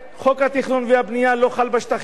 חוק התכנון והבנייה לא חל בשטחים,